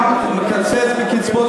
גם מקצץ בקצבאות